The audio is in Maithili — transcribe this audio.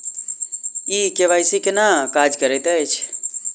ई के.वाई.सी केना काज करैत अछि?